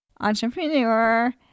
entrepreneur